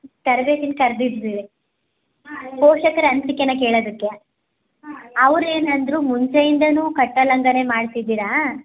ತರ್ಬೇತಿನ ಕರೆದಿದ್ವಿ ಪೋಷಕರ ಅನಿಸಿಕೆನ ಕೇಳೋದಕ್ಕೆ ಅವ್ರು ಏನಂದರು ಮುಂಚೆಯಿಂದಲೂ ಕಟ್ಟೋ ಲಂಗನೇ ಮಾಡ್ತಿದ್ದೀರ